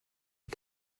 est